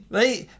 right